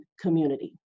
community